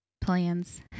plans